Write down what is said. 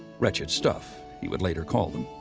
wretched stuff, he would later call them.